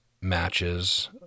matches